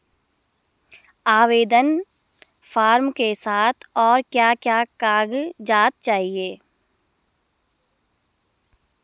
आवेदन फार्म के साथ और क्या क्या कागज़ात चाहिए?